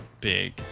big